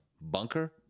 bunker